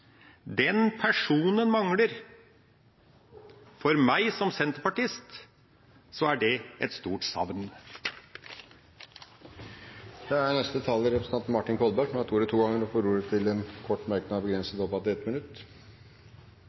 Den personen mangler. For meg som senterpartist er det et stort savn. Martin Kolberg har hatt ordet to ganger tidligere og får ordet til en kort merknad, begrenset til 1 minutt.